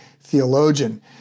theologian